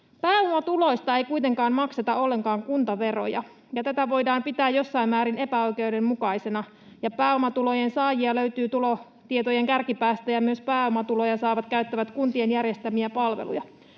Pääomatuloista ei kuitenkaan makseta ollenkaan kuntaveroja, ja tätä voidaan pitää jossain määrin epäoikeudenmukaisena. Pääomatulojen saajia löytyy tulotietojen kärkipäästä, ja myös pääomatuloja saavat käyttävät kuntien järjestämiä palveluja.